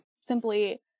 simply